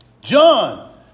John